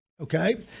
Okay